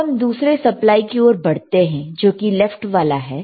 अब हम दूसरे सप्लाई की ओर बढ़ते हैं जोकि लेफ्ट वाला है